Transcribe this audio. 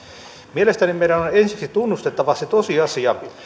mielestäni meidän on ensiksi tunnustettava se tosiasia